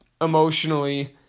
emotionally